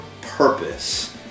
purpose